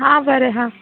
हा बरें हा